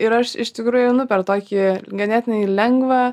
ir aš iš tikrųjų einu per tokį ganėtinai lengvą